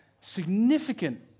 significant